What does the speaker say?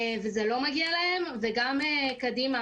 וזה לא מגיע להם, וגם קדימה.